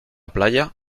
playa